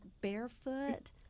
barefoot